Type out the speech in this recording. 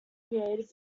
creative